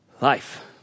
Life